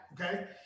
okay